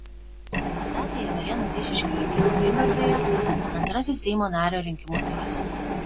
vienmandatėje varėnos eišiškių rinkimų apygardoje antrasis seimo nario rinkimų turas